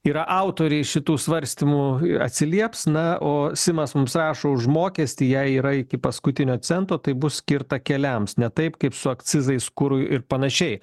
yra autoriai šitų svarstymų atsilieps na o simas mums rašo už mokestį jei yra iki paskutinio cento tai bus skirta keliams ne taip kaip su akcizais kurui ir panašiai